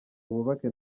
wubake